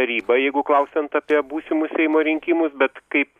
ribą jeigu klausiant apie būsimus seimo rinkimus bet kaip